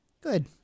Good